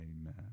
amen